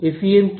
FEM কি